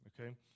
okay